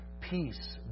peace